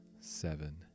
seven